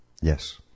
Yes